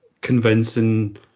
convincing